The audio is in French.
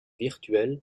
virtuel